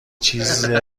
چیز